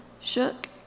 shook